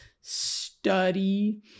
study